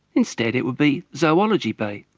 instead it would be zoology bay.